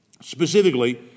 Specifically